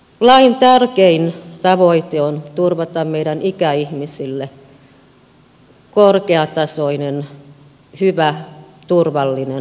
lain tärkein tavoite on turvata meidän ikäihmisille korkeatasoinen hyvä turvallinen arvokas vanhuus